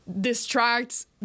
distracts